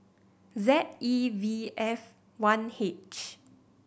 Z E V F one H